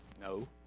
No